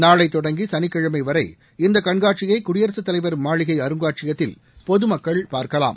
நாளை தொடங்கி சளிக்கிழமை வரை இந்த கண்காடசியை குடியரசுத் தலைவர் மாளிகை அருங்காட்சியகத்தில் பொது மக்கள் பார்க்கலாம்